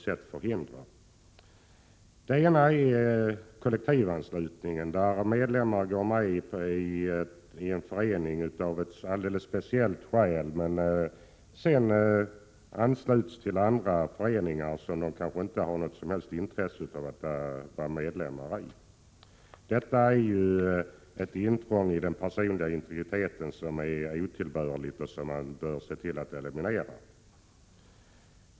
sådan är kollektivanslutningen, när medlemmar har gått med i en förening av ett alldeles speciellt skäl men sedan ansluts till andra föreningar som de kanske inte har något som helst intresse av att vara medlemmar i. Detta är ett intrång i den personliga integriteten som är otillbörligt och som bör elimineras.